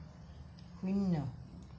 শূন্য